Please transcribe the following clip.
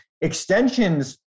Extensions